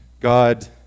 God